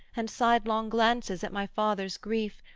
and sidelong glances at my father's grief,